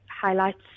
highlights